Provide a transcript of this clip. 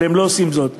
אבל הם לא עושים זאת.